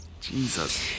Jesus